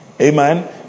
Amen